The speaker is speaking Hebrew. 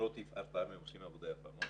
במלוא תפארתם הם עושים עבודה יפה מאוד.